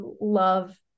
love